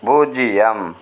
பூஜ்ஜியம்